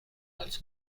als